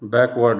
backward